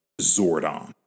Zordon